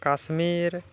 Kashmir